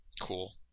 Cool